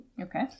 Okay